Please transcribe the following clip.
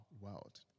world